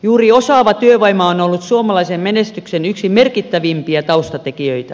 juuri osaava työvoima on ollut suomalaisen menestyksen yksi merkittävimpiä taustatekijöitä